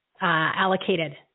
allocated